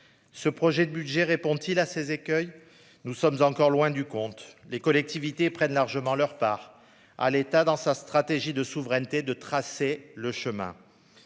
Ce projet de budget permet-il de faire face à ces difficultés ? Nous sommes encore loin du compte. Les collectivités prennent largement leur part. À l'État, dans sa stratégie de souveraineté, de tracer le chemin.